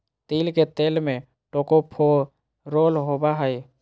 तिल के तेल में टोकोफेरोल होबा हइ